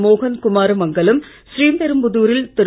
மோகன் குமாரமங்கலம் ஸ்ரீபெரும்புதாரில் திரு